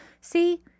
See